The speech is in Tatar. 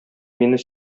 мине